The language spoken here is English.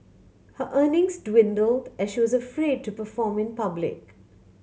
her earnings dwindled as she was afraid to perform in public